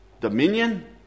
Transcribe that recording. dominion